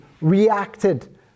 reacted